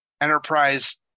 Enterprise